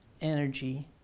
energy